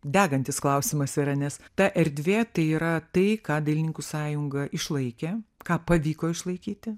degantis klausimas yra nes ta erdvė tai yra tai ką dailininkų sąjunga išlaikė ką pavyko išlaikyti